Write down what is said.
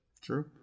True